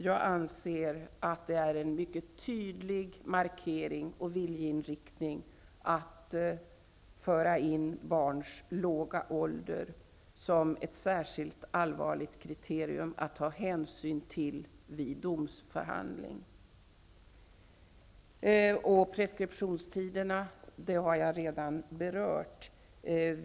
Jag anser att det är en mycket tydlig markering och viljeinriktning att föra in barns låga ålder som ett särskilt allvarligt kriterium att ta hänsyn till vid domsförhandling. Preskriptionstiderna har jag redan berört.